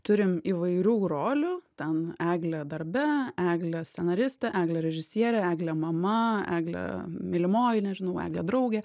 turim įvairių rolių ten eglė darbe eglė scenaristė eglė režisierė eglė mama eglė mylimoji nežinau eglė draugė